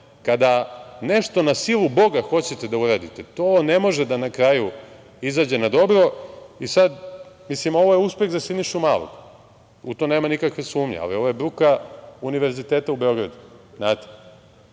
kada nešto na silu Boga hoćete da uradite, to ne može da na kraju izađe na dobro. Ovo je uspeh za Sinišu Malog, u to nema nikakve sumnje, ali ovo je bruka Univerziteta u Beogradu. Ne